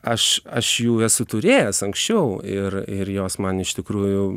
aš aš jų esu turėjęs anksčiau ir ir jos man iš tikrųjų